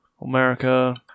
America